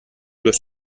durch